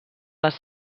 les